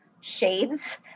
shades